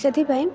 ସେଥିପାଇଁ